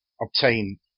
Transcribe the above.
obtain